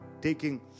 taking